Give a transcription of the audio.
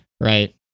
Right